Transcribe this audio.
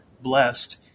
blessed